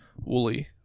Wooly